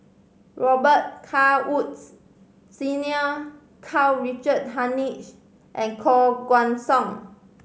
Robet Carr Woods Senior Karl Richard Hanitsch and Koh Guan Song